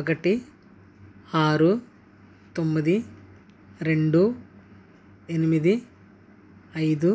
ఒకటి ఆరు తొమ్మిది రెండు ఎనిమిది ఐదు